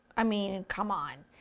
i mean, come on,